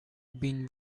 been